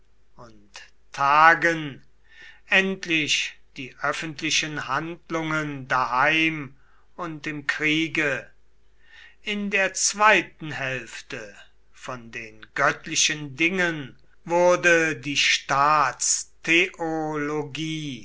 und tagen endlich die öffentlichen handlungen daheim und im kriege in der zweiten hälfte von den göttlichen dingen wurde die